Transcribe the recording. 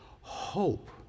hope